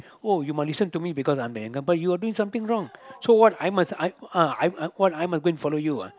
oh you must listen to me because I'm the younger but you're doing something wrong so what I must I uh I I what I must go and follow you ah